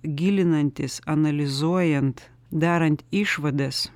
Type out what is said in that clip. gilinantis analizuojant darant išvadas